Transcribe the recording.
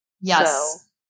Yes